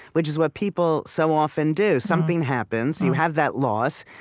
which is what people so often do? something happens, you have that loss,